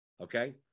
okay